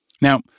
Now